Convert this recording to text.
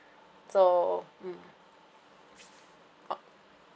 so mm